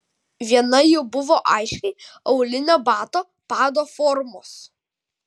viena jų buvo aiškiai aulinio bato pado formos